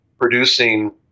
producing